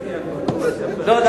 לא,